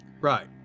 Right